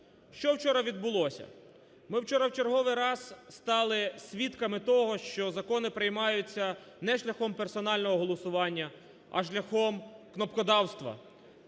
Що вчора відбулося? Ми вчора в черговий раз стали свідками того, що закони приймаються не шляхом персонального голосування, а шляхом кнопкодавства.